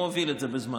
הוא הוביל את זה בזמנו